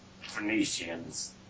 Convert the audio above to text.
Phoenicians